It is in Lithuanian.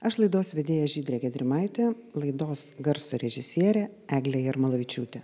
aš laidos vedėja žydrė gedrimaitė laidos garso režisierė eglė jarmalavičiūtė